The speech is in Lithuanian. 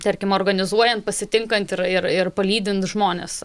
tarkim organizuojant pasitinkant ir ir ir palydint žmones